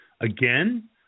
again